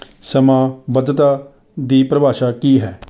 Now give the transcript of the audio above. ਸਮਾਂ ਬੱਧਤਾ ਦੀ ਪਰਿਭਾਸ਼ਾ ਕੀ ਹੈ